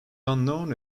unknown